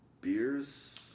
beers